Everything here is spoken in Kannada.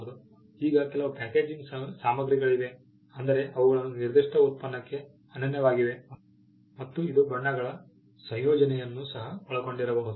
ಈಗ ಕೆಲವು ಪ್ಯಾಕೇಜಿಂಗ್ ಸಾಮಗ್ರಿಗಳಿವೆ ಅಂದರೆ ಅವುಗಳು ನಿರ್ದಿಷ್ಟ ಉತ್ಪನ್ನಕ್ಕೆ ಅನನ್ಯವಾಗಿವೆ ಮತ್ತು ಇದು ಬಣ್ಣಗಳ ಸಂಯೋಜನೆಯನ್ನು ಸಹ ಒಳಗೊಂಡಿರಬಹುದು